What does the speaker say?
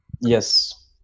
Yes